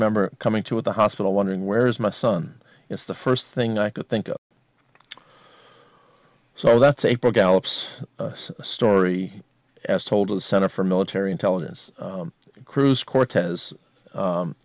remember coming to the hospital wondering where is my son is the first thing i could think of so that's april gallops story as told a center for military intelligence cruise cortez